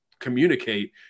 Communicate